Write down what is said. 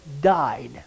died